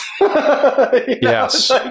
Yes